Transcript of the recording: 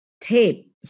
tape